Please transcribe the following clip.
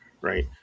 right